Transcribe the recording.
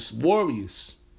Warriors